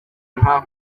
nta